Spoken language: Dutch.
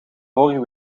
vorige